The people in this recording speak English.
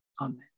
Amen